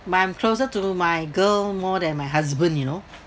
but I'm closer to my girl more than my husband you know